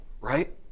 right